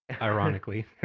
Ironically